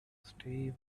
stay